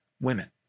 women